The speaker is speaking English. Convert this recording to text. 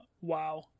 wow